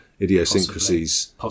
idiosyncrasies